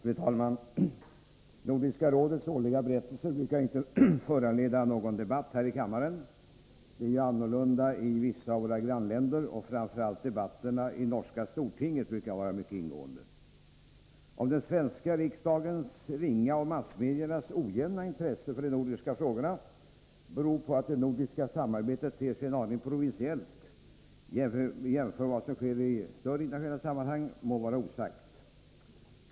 Fru talman! Nordiska rådets årliga berättelse föranleder sällan någon debatt här i kammaren. Annorlunda är det i vissa grannländer. Framför allt är debatterna i det norska stortinget ofta mycket ingående. Om den svenska riksdagens ringa och massmediernas ojämna intresse för de nordiska frågorna beror på att det nordiska samarbetet ter sig en aning provinsiellt jämfört med vad som sker i större internationella sammanhang må vara osagt.